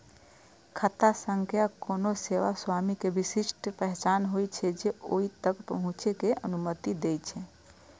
खाता संख्या कोनो सेवा स्वामी के विशिष्ट पहचान होइ छै, जे ओइ तक पहुंचै के अनुमति दै छै